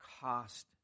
cost